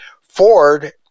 Ford